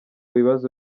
bibazo